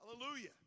Hallelujah